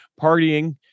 partying